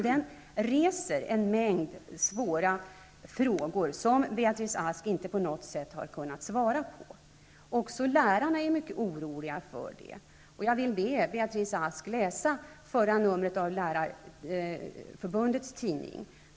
Den reser en mängd svåra frågor, som Beatrice Ask inte på något sätt har kunnat svara på. Också lärarna är mycket oroliga för det. Jag vill be Beatrice Ask att läsa förra numret av Lärarförbundets tidning.